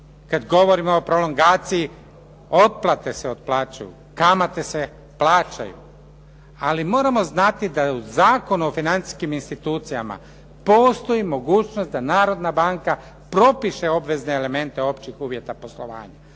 kad govorimo o prolongaciji otplate se otplaćuju, kamate se plaćaju. Ali moramo znati da u Zakonu o financijskim institucijama postoji mogućnost da Narodna banka propiše obvezne elemente općih uvjeta poslovanja.